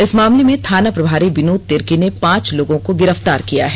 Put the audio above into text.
इस मामले में थाना प्रभारी विनोद तिर्की ने पांच लोगों को गिरफ्तार किया है